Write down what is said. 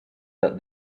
that